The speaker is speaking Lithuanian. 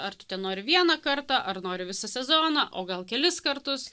ar tu ten nori vieną kartą ar nori visą sezoną o gal kelis kartus